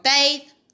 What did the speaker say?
faith